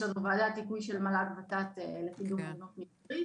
יש לנו פה וועדת היגוי של מל"ג ותת לקידום הוגנות מגדרית.